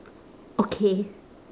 okay